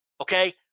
Okay